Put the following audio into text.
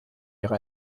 ihre